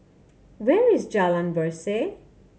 where is Jalan Berseh